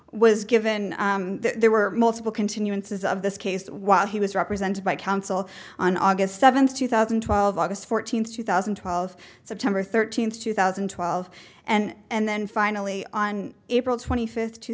was given there were multiple continuances of this case while he was represented by counsel on august seventh two thousand and twelve august fourteenth two thousand and twelve september thirteenth two thousand and twelve and then finally on april twenty fift